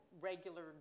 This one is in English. regular